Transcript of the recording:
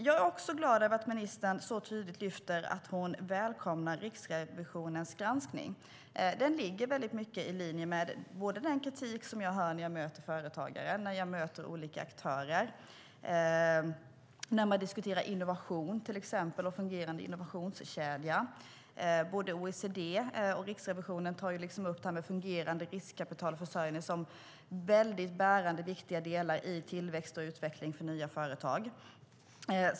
Jag är också glad över att ministern tydligt lyfter att hon välkomnar Riksrevisionens granskning. Den ligger i linje med den kritik jag hör när jag möter företagare och olika aktörer och diskuterar innovation och fungerande innovationskedja. Både OECD och Riksrevisionen tar upp fungerande riskkapitalförsörjning som en bärande del i tillväxt och utveckling för nya företag.